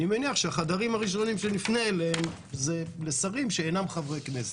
אני מניח שהחדרים הראשונים שנפנה אליהם זה לשרים שאינם חברי כנסת.